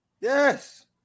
Yes